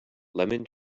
lemon